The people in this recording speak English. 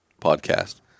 podcast